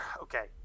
okay